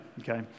okay